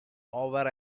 over